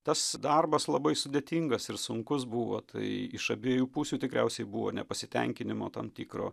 tas darbas labai sudėtingas ir sunkus buvo tai iš abiejų pusių tikriausiai buvo nepasitenkinimo tam tikro